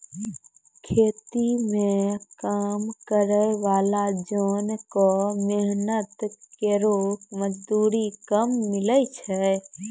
खेती म काम करै वाला जोन क मेहनत केरो मजदूरी कम मिलै छै